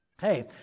Hey